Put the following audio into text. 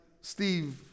Steve